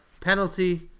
Penalty